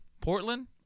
Portland